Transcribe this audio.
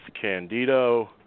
Candido